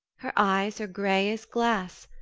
her eyes are grey as glass,